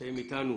נמצאים איתנו